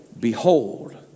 Behold